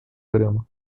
grama